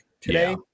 today